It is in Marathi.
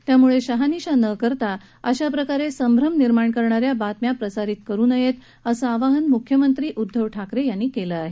त्यामुळे शहानिशा न करता अशा प्रकारे संभ्रम निर्माण करणाऱ्या बातम्या प्रसारित करु नयेत असं आवाहन मुख्यमंत्री उद्धव ठाकरे यांनी केलं आहे